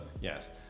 yes